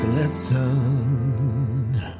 Lesson